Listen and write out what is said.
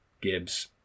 Gibbs